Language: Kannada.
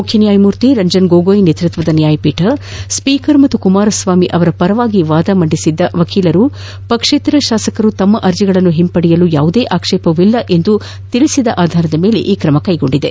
ಮುಖ್ಯನ್ಯಾಯಮೂರ್ತಿ ರಂಜನ್ ಗೊಗೋಯ್ ನೇತೃತ್ವದ ನ್ಯಾಯಪೀಠ ಸ್ಪೀಕರ್ ಮತ್ತು ಕುಮಾರಸ್ವಾಮಿ ಅವರ ಪರವಾಗಿ ವಾದ ಮಂಡಿಸಿದ್ದ ವಕೀಲರು ಪಕ್ಷೇತರ ಶಾಸಕರು ತಮ್ಮ ಅರ್ಜಿಗಳನ್ನು ಹಿಂಪಡೆಯಲು ಯಾವುದೇ ಆಕ್ಷೇಪವಿಲ್ಲ ಎಂದು ತಿಳಿಸಿದ ಆಧಾರದ ಮೇಲೆ ಈ ಕ್ರಮ ಕೈಗೊಂಡಿದೆ